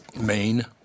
Maine